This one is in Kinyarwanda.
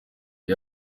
iyi